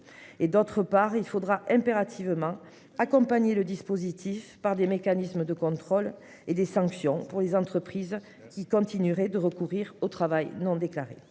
et d'autre part, il faudra impérativement accompagner le dispositif par des mécanismes de contrôle et des sanctions pour les entreprises qui continueraient de recourir au travail non déclaré.